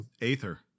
Aether